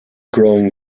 growing